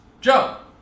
Joe